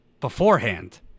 beforehand